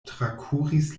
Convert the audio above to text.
trakuris